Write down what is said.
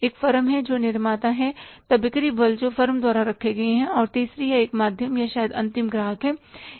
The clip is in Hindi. एक फर्म है जो निर्माता है तब बिक्री बल जो फर्म द्वारा रखे गए है और तीसरी है एक माध्यम या शायद अंतिम ग्राहक है इसलिए ये 3 स्तर हैं